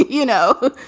you know,